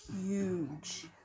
huge